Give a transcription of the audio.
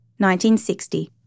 1960